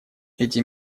эти